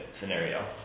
scenario